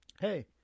Hey